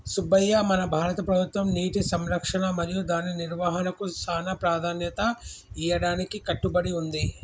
సుబ్బయ్య మన భారత ప్రభుత్వం నీటి సంరక్షణ మరియు దాని నిర్వాహనకు సానా ప్రదాన్యత ఇయ్యడానికి కట్టబడి ఉంది